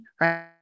right